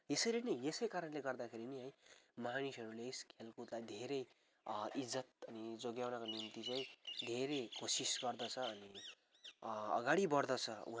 यसरी नै यसै कारणले गर्दाखेरि नि है मानिसहरूले यस खेलकुदलाई धेरै इज्जत अनि जोगाउनका निम्ति चाहिँ धेरै कोसिस गर्दछ अनि अगाडि बढ्दछ उहाँहरू